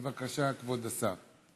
בבקשה, כבוד השר.